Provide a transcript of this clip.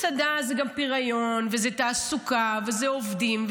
מסעדה זה גם פריון ותעסוקה ועובדים,